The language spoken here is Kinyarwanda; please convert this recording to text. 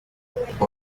uwatsinzwe